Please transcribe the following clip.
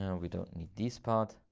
and we don't need this part.